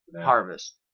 harvest